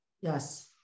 Yes